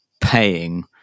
paying